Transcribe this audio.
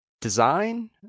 design